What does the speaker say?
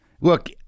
Look